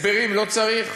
הסברים לא צריך?